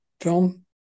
film